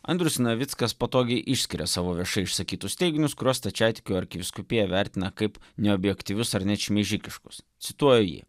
andrius navickas patogiai išskiria savo viešai išsakytus teiginius kuriuos stačiatikių arkivyskupija vertina kaip neobjektyvius ar net šmeižikiškus cituoju jį